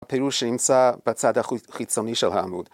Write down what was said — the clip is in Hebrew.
הפירוש שאמצא בצד החיצוני של העמוד